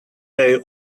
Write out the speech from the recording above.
they